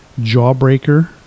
Jawbreaker